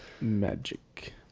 magic